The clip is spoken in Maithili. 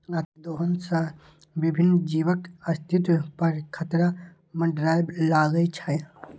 अतिदोहन सं विभिन्न जीवक अस्तित्व पर खतरा मंडराबय लागै छै